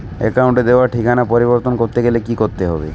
অ্যাকাউন্টে দেওয়া ঠিকানা পরিবর্তন করতে গেলে কি করতে হবে?